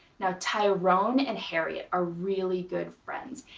now, tyrone and harriette are really good friends,